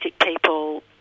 people